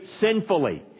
sinfully